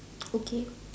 okay